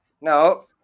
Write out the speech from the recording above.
No